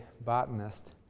botanist